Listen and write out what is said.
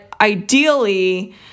ideally